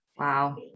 Wow